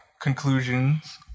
conclusions